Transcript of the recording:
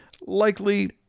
likely